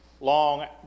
long